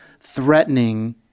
threatening